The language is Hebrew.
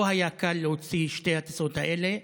לא היה קל להוציא את שתי הטיסות האלה,